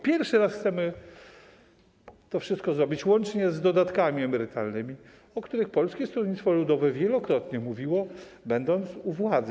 Pierwszy raz chcemy to wszystko zrobić, łącznie z dodatkami emerytalnymi, o których Polskie Stronnictwo Ludowe wielokrotnie mówiło, będąc u władzy.